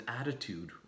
attitude